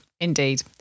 Indeed